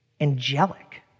angelic